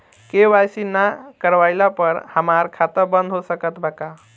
KYC ना करवाइला पर हमार खाता बंद हो सकत बा का?